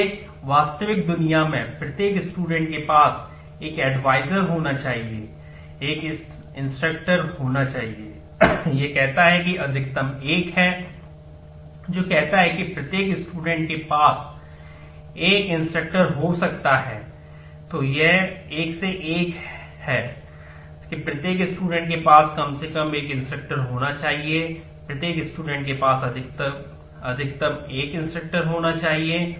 इसलिए वास्तविक दुनिया में प्रत्येक स्टूडेंट होना चाहिए